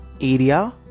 area